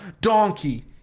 Donkey